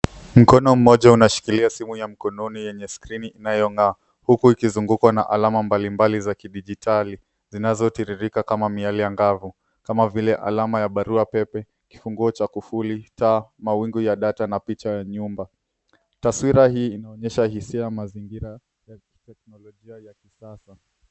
Mkono mmoja unashikilia simu ya mkononi yenye skrini inayong'aa huku ikizungukwa na alama mbalimbali za kidijitali zinazotiririka kama miale angavu kama vile alama ya barua pepe, kifunguo cha kufuli, taa, mawingu ya data na picha ya nyumba. Taswira hii inaonyesha hisia ya mazingira ya teknolojia ya kisasa.